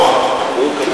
כמוך.